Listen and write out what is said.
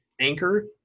Anchor